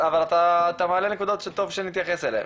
אבל אתה מעלה נקודות שטוב שנתייחס אליהם.